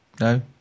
No